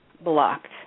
blocked